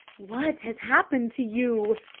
what has happened to you?